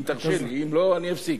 אם תרשה לי, אם לא, אפסיק.